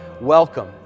welcome